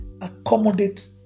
accommodate